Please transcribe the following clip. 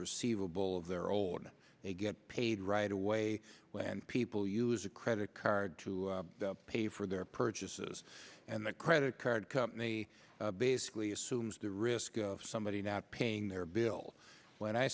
receivable of their older they get paid right away when people use a credit card to pay for their purchases and the credit card company basically assumes the risk of somebody not paying their bill when i